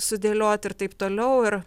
sudėlioti ir taip toliau ir